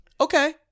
Okay